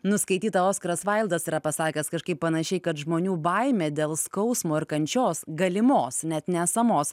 nuskaitytą oskaras vaildas yra pasakęs kažkaip panašiai kad žmonių baimė dėl skausmo ir kančios galimos net ne esamos